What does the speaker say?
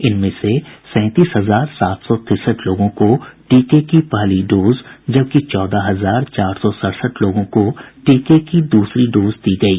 इनमें से सैंतीस हजार सात सौ तिरसठ लोगों को टीके की पहली डोज जबकि चौदह हजार चार सौ सड़सठ लोगों को टीके की द्रसरी डोज दी गयी